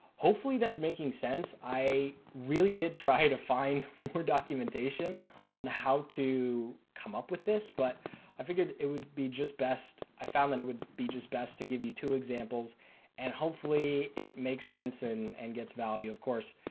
hopefully that is making sense i really did try to find more documentation on how to come up with this but i figured it would be just best, i found that it would be just best to give you two examples and hopefully it makes sense and and gives value of course.